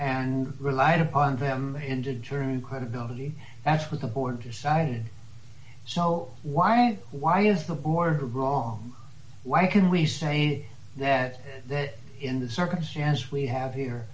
and relied upon them into german credibility as with the board decided so why and why is the board wrong why can we say that that in the circumstance we have here